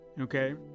Okay